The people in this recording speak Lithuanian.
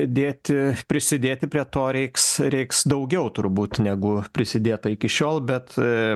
dėti prisidėti prie to reiks reiks daugiau turbūt negu prisidėta iki šiol bet